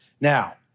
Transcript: Now